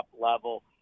level